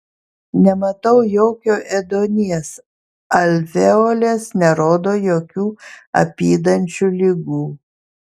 nematau jokio ėduonies alveolės nerodo jokių apydančių ligų